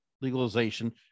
legalization